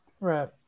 Right